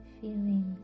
feelings